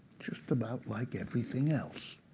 just about like everything else.